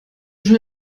schon